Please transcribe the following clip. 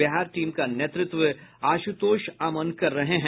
Bihar team का नेतृत्व आश्रतोष अमन कर रहे हैं